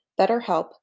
BetterHelp